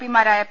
P മാരായ P